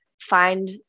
find